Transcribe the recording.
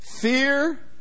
fear